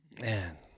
Man